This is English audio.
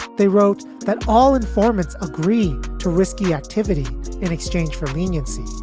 they wrote that all informants agree to risky activity in exchange for leniency.